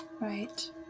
right